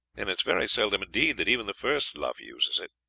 and it is very seldom indeed that even the first luff uses it.